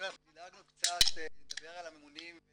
נדבר על הממונים,